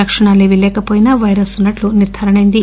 లక్షణాలేవీ లేకవోయినా పైరస్ ఉన్నట్లు నిర్దారణ అయింది